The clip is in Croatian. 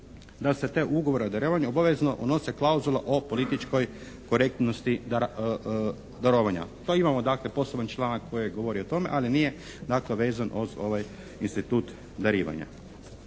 da se te ugovore o darovanju obavezno unosi klauzula o političkoj korektnosti darovanja. Pa imamo dakle poseban članak koji govori o tome ali nije na to vezan uz ovaj institut darivanja.